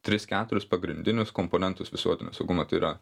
tris keturis pagrindinius komponentus visuotinio saugumo tai yra